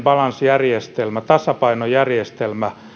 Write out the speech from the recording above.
balances järjestelmä tasapainojärjestelmä